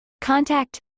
Contact